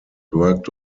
worked